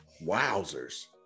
Wowzers